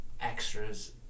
extras